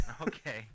Okay